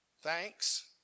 thanks